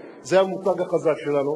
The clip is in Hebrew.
הוא אומר את מה, כן, הוא אומר מה שכתבו לו.